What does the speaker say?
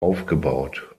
aufgebaut